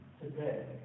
today